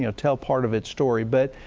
you know tell part of its story. but